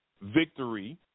victory